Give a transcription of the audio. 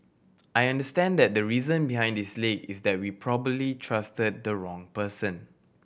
I understand that the reason behind this leak is that we probably trusted the wrong person